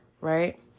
Right